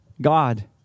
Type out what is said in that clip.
God